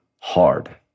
hard